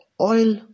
Oil